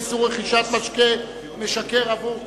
איסור רכישת משקה משכר עבור קטין),